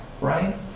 right